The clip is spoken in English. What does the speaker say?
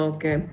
Okay